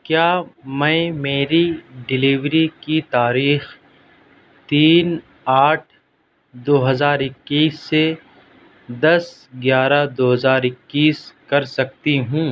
کیا میں میری ڈیلیوری کی تاریخ تین آٹھ دو ہزار اکیس سے دس گیارہ دو ہزار اکیس کر سکتی ہوں